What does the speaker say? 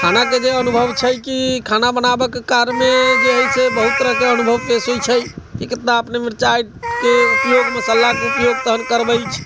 खानाके जे अनुभव छै कि खाना बनाबऽके कार्यमे जे छै बहुत तरहके अनुभव छै कि कितना अपने मिर्चाइके उपयोग मस्सलाके उपयोग तखन करबै